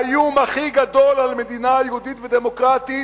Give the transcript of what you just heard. והאיום הכי גדול על מדינה יהודית ודמוקרטית,